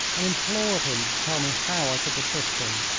and implored him to tell me how i could assist him.